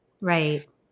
Right